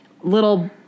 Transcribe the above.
little